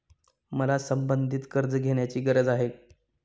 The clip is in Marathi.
मला संबंधित कर्ज घेण्याची गरज आहे